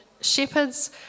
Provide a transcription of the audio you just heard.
shepherds